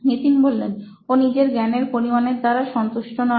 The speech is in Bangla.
নিতিন ও নিজের জ্ঞানের পরিমাণের দ্বারা সন্তুষ্ট নয়